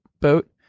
boat